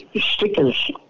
stickers